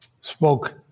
spoke